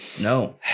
No